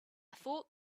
thought